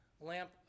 lamp